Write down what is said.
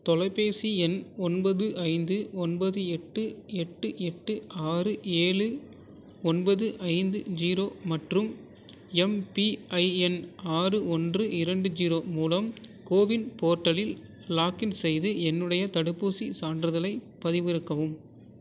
தொலைபேசி எண் ஒன்பது ஐந்து ஒன்பது எட்டு எட்டு எட்டு ஆறு ஏழு ஒன்பது ஐந்து ஜீரோ மற்றும் எம்பிஐஎன் ஆறு ஓன்று இரண்டு ஜீரோ மூலம் கோவின் போர்ட்டலில் லாக் இன் செய்து என்னுடைய தடுப்பூசிச் சான்றிதழைப் பதிவிறக்கவும்